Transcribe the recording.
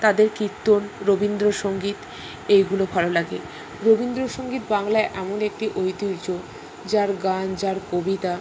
তাদের কীর্তন রবীন্দ্রসঙ্গীত এইগুলো ভালো লাগে রবীন্দ্রসঙ্গীত বাংলায় এমন একটি ঐতিহ্য যার গান যার কবিতা